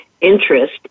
interest